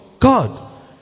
God